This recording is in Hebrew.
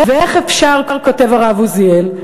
ואיך אפשר" כותב הרב עוזיאל,